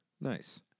Nice